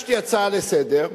הגשתי הצעה לסדר-היום,